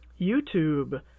YouTube